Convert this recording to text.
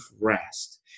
rest